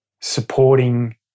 supporting